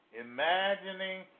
imagining